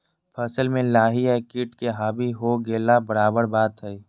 फसल में लाही या किट के हावी हो गेला बराबर बात हइ